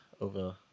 over